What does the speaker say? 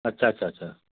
अच्छा अच्छा अच्छा